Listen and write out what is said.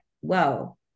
Whoa